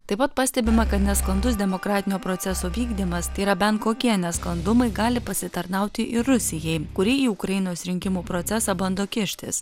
taip pat pastebima kad nesklandus demokratinio proceso vykdymas tai yra bent kokie nesklandumai gali pasitarnauti ir rusijai kuri į ukrainos rinkimų procesą bando kištis